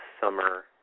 summer